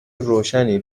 روشنی